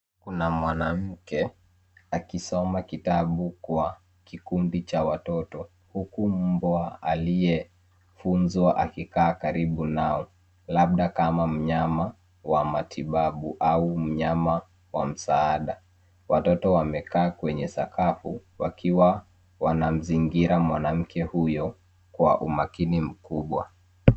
Kuna mwanamke akisoma kitabu kwa kikundi cha watoto huku mbwa aliyefunzwa akikaa karibu nao, labda kama mnyama wa matibabu au mnyama wa msaada. Watoto wamekaa kwenye sakafu, wakiwa wamamzingjra mwanamke huyo kwa umakini mkubwa.